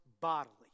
bodily